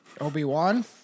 Obi-Wan